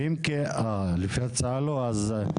ווליד טאהא (רע"מ,